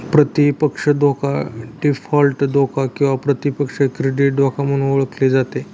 प्रतिपक्ष धोका डीफॉल्ट धोका किंवा प्रतिपक्ष क्रेडिट धोका म्हणून ओळखली जाते